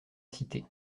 cité